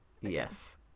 yes